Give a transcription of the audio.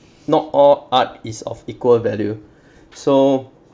not all art is of equal value so